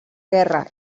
guerra